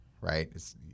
right